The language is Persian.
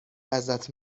ازت